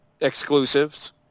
exclusives